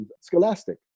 Scholastic